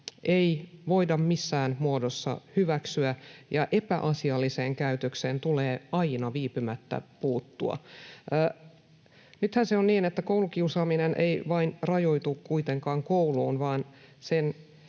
ei voida missään muodossa hyväksyä, ja epäasialliseen käytökseen tulee aina viipymättä puuttua. Nythän on niin, että koulukiusaaminen ei kuitenkaan rajoitu vain kouluun vaan sen